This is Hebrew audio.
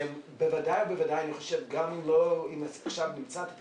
בוודאי ובוודאי גם אם עכשיו נמצא את הפתרון,